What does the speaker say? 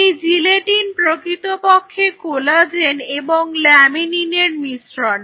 এই জিলেটিন প্রকৃতপক্ষে কোলাজেন এবং ল্যামিনিনের মিশ্রণ